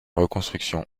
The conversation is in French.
reconstructions